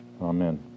Amen